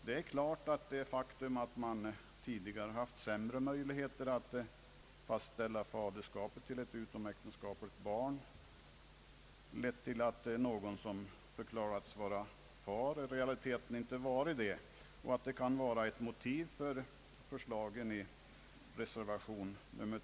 Det är klart att det faktum att man tidigare haft sämre möjligheter att fastställa faderskap till ett utomäktenskapligt barn lett till att någon som förklarats vara far i realiteten inte varit det och att det kan vara ett motiv för förslagen i reservation 2.